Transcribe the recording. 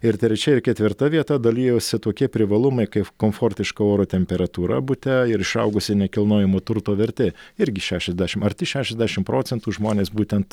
ir trečia ir ketvirta vieta dalijosi tokie privalumai kaif komfortiška oro temperatūra bute ir išaugusi nekilnojamo turto vertė irgi šešiasdešim arti šešiasdešim procentų žmonės būtent